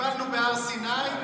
שקיבלנו בהר סיני,